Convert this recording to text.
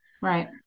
Right